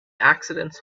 accidents